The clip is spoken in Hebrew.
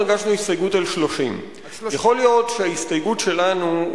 אנחנו הגשנו הסתייגות על 30. יכול להיות שההסתייגות שלנו,